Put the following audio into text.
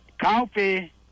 coffee